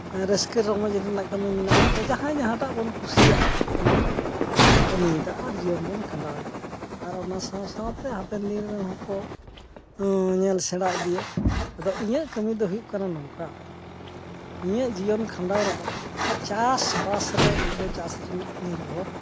ᱨᱟᱹᱥᱠᱟ ᱨᱚᱢᱚᱡ ᱨᱮᱱᱟᱜ ᱠᱟᱹᱢᱤ ᱢᱮᱱᱟᱜᱼᱟ ᱟᱫᱚ ᱡᱟᱦᱟᱸᱭ ᱡᱟᱦᱟᱸᱴᱟᱜ ᱵᱚᱱ ᱠᱩᱥᱤᱭᱟᱜᱼᱟ ᱚᱱᱟᱴᱟᱜ ᱜᱮᱵᱚᱱ ᱠᱟᱹᱢᱤᱭᱮᱫᱟ ᱟᱨ ᱡᱤᱭᱚᱱ ᱵᱚᱱ ᱠᱷᱟᱸᱰᱟᱣᱮᱫᱟ ᱟᱨ ᱚᱱᱟ ᱥᱟᱶ ᱥᱟᱶᱛᱮ ᱦᱟᱯᱮᱱ ᱫᱤᱱ ᱨᱮᱱ ᱦᱚᱸᱠᱚ ᱧᱮᱞ ᱥᱮᱬᱟ ᱤᱫᱤᱭᱟ ᱟᱫᱚ ᱤᱧᱟᱹᱜ ᱠᱟᱹᱢᱤ ᱫᱚ ᱦᱩᱭᱩᱜ ᱠᱟᱱᱟ ᱱᱚᱝᱠᱟ ᱤᱧᱟᱹᱜ ᱡᱤᱭᱚᱱ ᱠᱷᱟᱸᱰᱟᱣ ᱨᱮᱫᱚ ᱪᱟᱥᱵᱟᱥ ᱨᱮ ᱤᱧ ᱫᱚ ᱪᱟᱥ ᱨᱮᱱᱟᱜ ᱱᱤᱨᱵᱷᱚᱨ